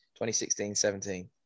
2016-17